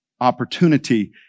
opportunity